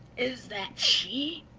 is that she?